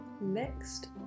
Next